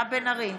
מירב בן ארי,